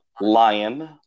Lion